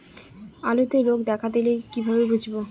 আলুতে রোগ দেখা দিলে কিভাবে বুঝবো?